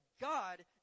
God